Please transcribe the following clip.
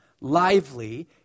lively